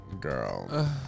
Girl